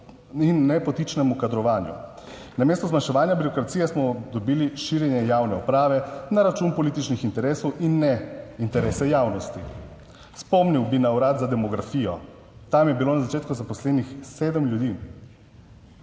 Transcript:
ne, nepotičnemu kadrovanju. Namesto zmanjševanja birokracije smo dobili širjenje javne uprave na račun političnih interesov in ne interesa javnosti. Spomnil bi na Urad za demografijo, tam je bilo na začetku zaposlenih sedem ljudi.